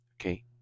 okay